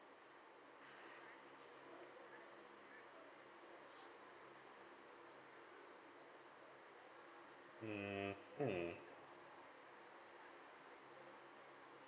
mmhmm